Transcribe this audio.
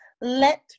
let